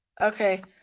Okay